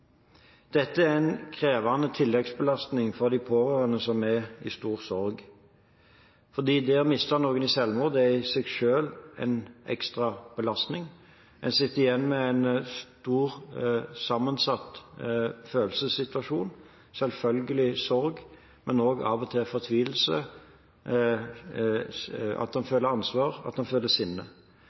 Dette er en krevende tilleggsbelastning for de pårørende som er i stor sorg. Å miste noen i selvmord er i seg selv en ekstra belastning. En sitter igjen med en stor, sammensatt følelsessituasjon – selvfølgelig sorg, men også av og til fortvilelse, en føler ansvar, en føler sinne.